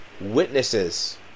witnesses